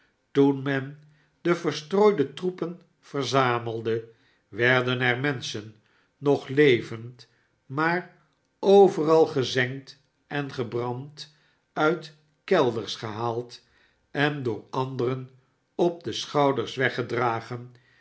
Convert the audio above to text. toen men de verstrooide troepen verzamelde werden er menschen nog levend maar overal gezengd en gebrand uit kelders gehaald en door anderen op de schouders weggedragen